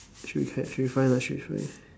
should be can should be fine lah should be fine